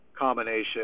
combination